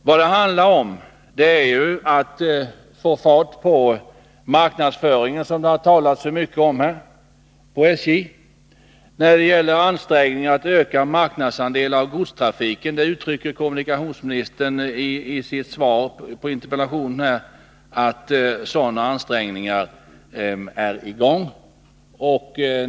Vad det handlar om är att få fart på marknadsföringen, som det har talats om så mycket, på SJ. | Kommunikationsministern framhåller vidare i sitt interpellationssvar att ansträ gningar görs för att SJ skall få ökad marknadsandel beträffande godstrafiken.